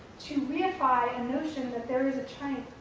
to reify a notion that there is a train,